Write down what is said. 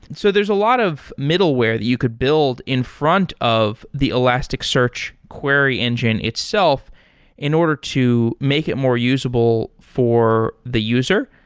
so there's a lot of middleware you could build in front of the elasticsearch query engine itself in order to make it more usable for the user,